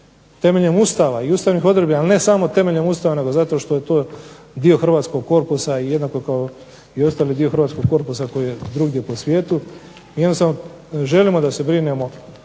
temeljem Ustava i ustavnih odredbi, a ne samo temeljem Ustava nego zato što je to dio hrvatskog korpusa i jednako kao i ostali dio hrvatskog korpusa koji je drugdje po svijetu. Mi jednostavno želimo da se brinemo